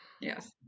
yes